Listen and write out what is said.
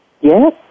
Yes